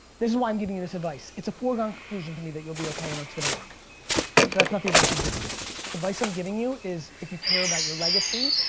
this is why i'm giving you this advice, it's a foregone conclusion to me that you'll be okay and it's gonna work. so that's not the advice i'm giving you. the advice i'm giving you is if you care about your legacy,